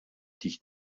dich